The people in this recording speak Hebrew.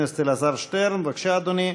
חבר הכנסת אלעזר שטרן, בבקשה, אדוני.